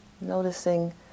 noticing